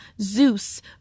Zeus